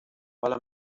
while